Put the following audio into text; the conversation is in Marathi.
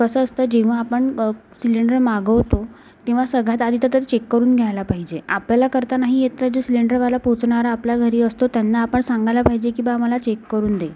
कसं असतं जेव्हा आपण सिलेंडर मागवतो तेव्हा सगळ्यात आधी तर ते चेक करून घायला पाहिजे आपल्याला करता नाही येत तर जे सिलेंडरवाला पोचवणारा आपल्या घरी असतो त्यांना आपण सांगायला पाहिजे की बुवा आम्हाला चेक करून दे